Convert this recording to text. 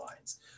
lines